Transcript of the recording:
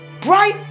Bright